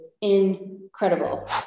incredible